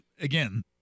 Again